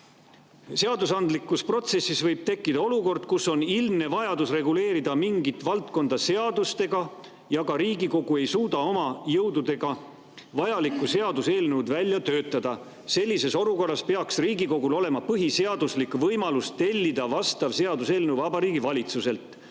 seadusandlikus protsessis võib tekkida olukord, kus on ilmne vajadus reguleerida mingit valdkonda seadustega ja ka Riigikogu ei suuda oma jõududega vajalikku seaduseelnõu välja töötada. Sellises olukorras peaks Riigikogul olema põhiseaduslik võimalus tellida vastav seaduseelnõu vabariigi valitsuselt.